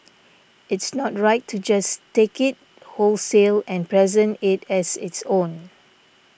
it's not right to just take it wholesale and present it as its own